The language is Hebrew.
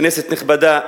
כנסת נכבדה,